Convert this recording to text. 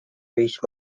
reached